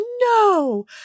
No